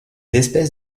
espèces